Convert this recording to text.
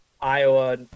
iowa